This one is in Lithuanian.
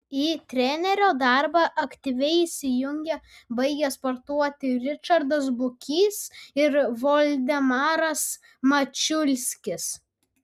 į trenerio darbą aktyviai įsijungė baigę sportuoti ričardas bukys ir voldemaras mačiulskis